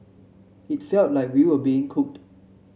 it felt like we were being cooked